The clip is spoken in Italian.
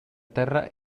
terra